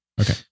Okay